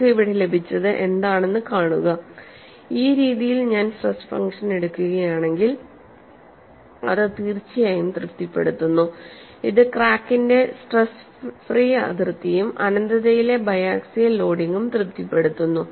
നമുക്ക് ഇവിടെ ലഭിച്ചത് എന്താണെന്ന് കാണുക ഈ രീതിയിൽ ഞാൻ സ്ട്രെസ് ഫംഗ്ഷൻ എടുക്കുകയാണെങ്കിൽ അത് തീർച്ചയായും തൃപ്തിപ്പെടുത്തുന്നു ഇത് ക്രാക്കിന്റെ സ്ട്രെസ് ഫ്രീ അതിർത്തിയും അനന്തതയിലെ ബയാക്സിയൽ ലോഡിംഗും തൃപ്തിപ്പെടുത്തുന്നു